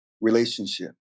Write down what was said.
relationship